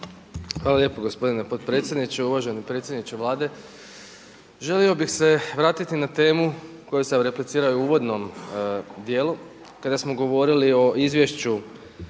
Hvala lijepo gospodine potpredsjedniče. Uvaženi predsjedniče Vlade želio bih se vratiti na temu koju sam replicirao i u uvodnom djelu kada smo govorili o izvješću